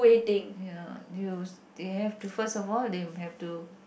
ya you they have to first of all they have to